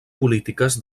polítiques